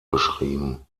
beschrieben